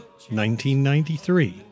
1993